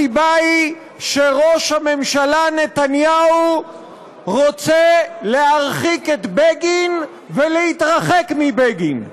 הסיבה היא שראש הממשלה נתניהו רוצה להרחיק את בגין ולהתרחק מבגין.